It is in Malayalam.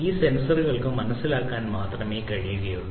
ഈ സെൻസറുകൾക്ക് മനസ്സിലാക്കാൻ മാത്രമേ കഴിയുകയുള്ളൂ